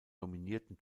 dominierten